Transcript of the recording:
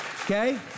okay